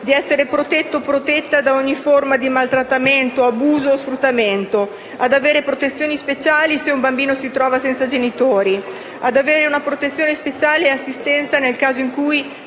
di guerra, protetto o protetta da ogni forma di maltrattamento, abuso o sfruttamento; ad avere protezioni speciali se si trova senza genitori; ad avere una protezione speciale e assistenza nel caso in cui